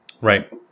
Right